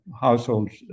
households